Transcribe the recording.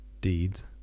deeds